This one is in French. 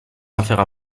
affaires